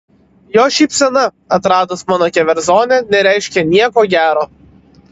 jo šypsena atradus mano keverzonę nereiškė nieko gero